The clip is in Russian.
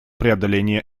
преодоления